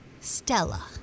Stella